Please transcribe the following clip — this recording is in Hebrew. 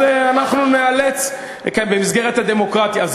אז אנחנו ניאלץ במסגרת הדמוקרטיה.